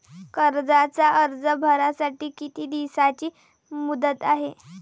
कर्जाचा अर्ज भरासाठी किती दिसाची मुदत हाय?